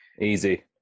easy